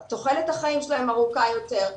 תוחלת החיים שלהם ארוכה יותר,